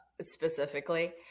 specifically